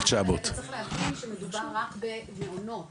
900. אתה צריך להבין שמדובר רק במעונות